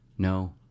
no